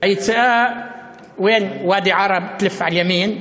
ביציאה ווין ואדי-עארה על-ימין,